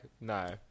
no